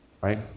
right